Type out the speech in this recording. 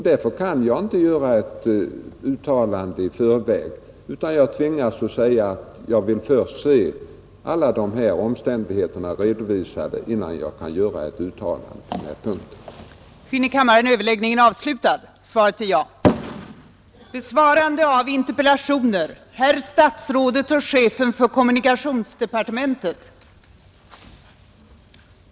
Därför kan jag inte göra ett uttalande i förväg utan tvingas säga att jag vill se alla omständigheter redovisade innan jag kan göra ett uttalande på denna punkt.